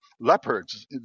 leopards